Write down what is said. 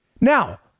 Now